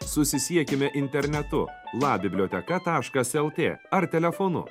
susisiekiame internetu la biblioteka taškas el tė ar telefonu